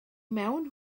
mewn